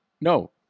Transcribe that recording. No